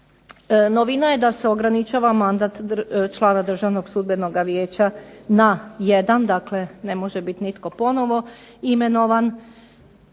Novina je da se ograničava mandat člana Državnog sudbenog vijeća na jedan. Dakle, ne može biti nitko ponovo imenovan